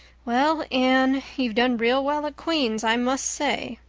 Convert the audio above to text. well, anne, you've done real well at queen's i must say.